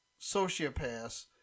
sociopaths